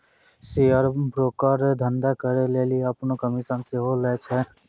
share broker धंधा करै लेली अपनो कमिशन सेहो लै छै